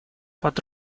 под